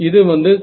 இது வந்து 0